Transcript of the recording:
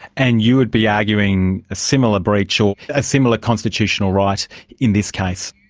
and you would be arguing a similar breach, or a similar constitutional right in this case,